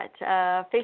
Facebook